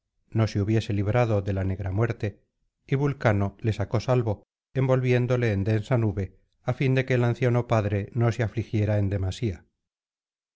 no se hubiese librado déla negra muerte r y vulcano le sacó salvo envolviéndole en densa nube á fin de que el anciano padre no se afligiera en demasía